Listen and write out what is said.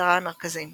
ובאתריה המרכזיים